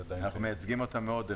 היא עדיין --- אנחנו מייצגים אותה מאוד.